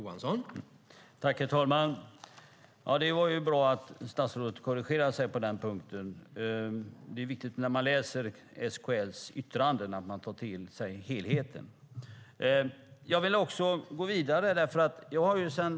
Herr talman! Det var bra att statsrådet korrigerade sig. Det är viktigt att ta till sig helheten i SKL:s yttranden. Jag vill gå vidare.